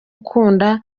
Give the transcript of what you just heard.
ukunda